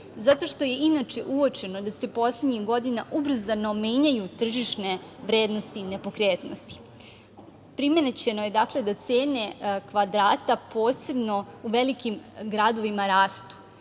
zato što je inače uočeno da se poslednjih godina ubrzano menjaju tržišne vrednosti nepokretnosti. Primećeno je dakle, da cene kvadrata posebno u velikim gradovima rastu. To